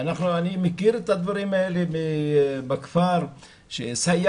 ואני מכיר את הדברים האלה בכפר שסייעת,